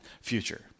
future